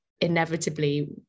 inevitably